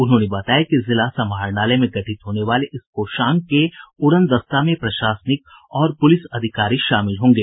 उन्होंने बताया कि जिला समाहरणालय में गठित होने वाले इस कोषांग के उड़न दस्ता में प्रशासनिक और पुलिस अधिकारी शामिल होंगे